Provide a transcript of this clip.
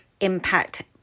impact